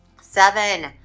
Seven